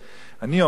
אני אומר לכם